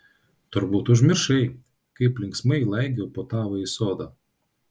turbūt užmiršai kaip linksmai laigiau po tavąjį sodą